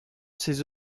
ses